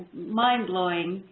mind blowing.